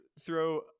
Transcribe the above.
throw